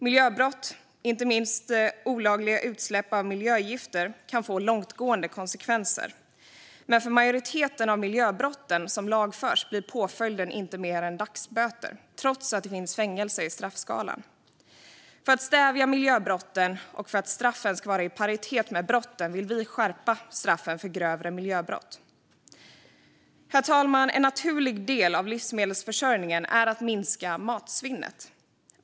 Miljöbrott, inte minst olagliga utsläpp av miljögifter, kan få långtgående konsekvenser. Men för majoriteten av miljöbrotten som lagförs blir påföljden inte mer än dagsböter trots att det finns fängelse i straffskalan. För att stävja miljöbrotten och för att straffen ska vara i paritet med brotten vill vi skärpa straffen för grövre miljöbrott. Herr talman! En naturlig del av att trygga livsmedelsförsörjningen är att minska matsvinnet.